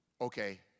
okay